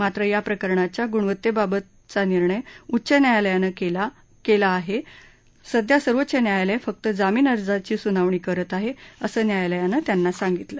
मात्र या प्रकरणाच्या गुणवत्तेबाबतचा निर्णय उच्च न्यायालयानं केला आहे सध्या सर्वोच्च न्यायालय फक्त जामीन अर्जाची सुनावणी करत आहे असं न्यायालयानं त्यांना सांगितलं